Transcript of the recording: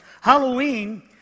Halloween